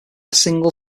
single